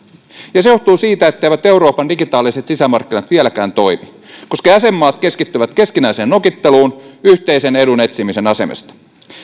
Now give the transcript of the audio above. ja se johtuu siitä etteivät euroopan digitaaliset sisämarkkinat vieläkään toimi koska jäsenmaat keskittyvät keskinäiseen nokitteluun yhteisen edun etsimisen asemesta